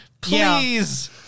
please